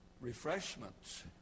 refreshments